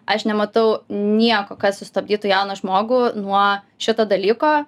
aš nematau nieko kas sustabdytų jauną žmogų nuo šito dalyko